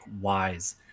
Wise